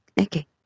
okay